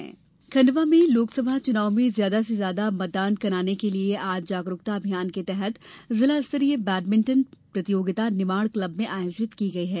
मतदाता जागरूकता खण्डवा लोकसभा चुनाव में ज्यादा से ज्यादा मतदान कराने के लिए आज जागरूकता अभियान के तहत जिला स्तरीय बेडमिंटन प्रतियोगिता निमाड़ क्लब में आयोजित की गई है